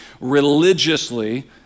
religiously